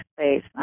space